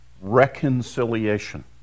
reconciliation